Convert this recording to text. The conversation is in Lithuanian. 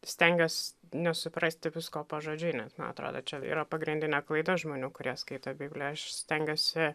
stengiuos nesuprasti visko pažodžiui nes man atrodo čia yra pagrindinė klaida žmonių kurie skaito bibliją aš stengiuosi